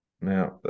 Now